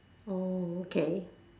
oh okay